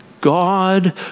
God